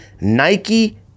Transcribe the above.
Nike